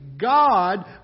God